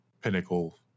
pinnacle